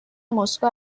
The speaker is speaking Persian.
مسکو